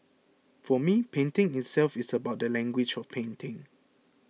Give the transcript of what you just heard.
for me painting itself is about the language of painting